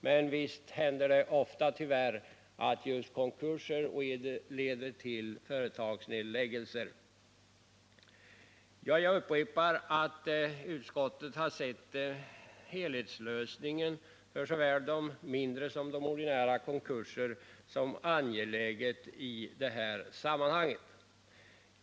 Men visst händer det tyvärr ofta att just konkurser leder till företagsnedläggelser. Jag upprepar att utskottet har sett helhetslösningen för såväl de mindre som de ordinära konkurserna som ett led i detta sammanhang.